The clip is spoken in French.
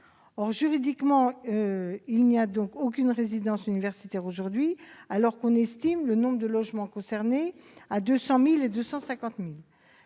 Juridiquement, il n'y a donc aucune résidence universitaire aujourd'hui, alors qu'on estime le nombre de logements concernés entre 200 000 et 250 000.